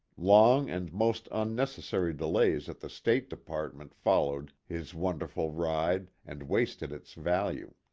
long and most unnecessary delays at the state department followed his wonderful ride and wasted its value.